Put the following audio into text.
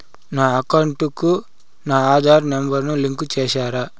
నా అకౌంట్ కు నా ఆధార్ నెంబర్ ను లింకు చేసారా